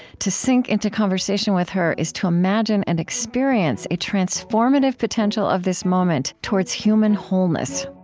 to sink into conversation with her is to imagine and experience a transformative potential of this moment towards human wholeness